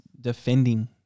defending